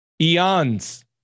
Eons